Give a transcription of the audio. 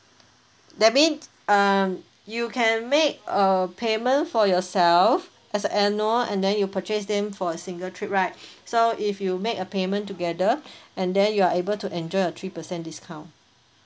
that means um you can make err payment for yourself as a annual and then you purchase them for a single trip right so if you make a payment together and then you are able to enjoy a three percent discount